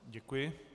Děkuji.